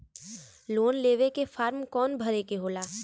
Loan लेवे के form कौन भरे के होला?